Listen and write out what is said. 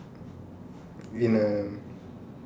in a